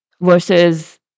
Versus